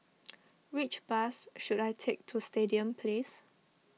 which bus should I take to Stadium Place